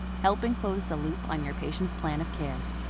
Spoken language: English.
helping close the loop on your patients' plan of care.